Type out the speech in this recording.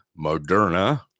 Moderna